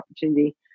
opportunity